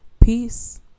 Peace